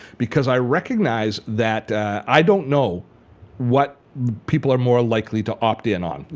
because i recognize that i don't know what people are more likely to opt in on,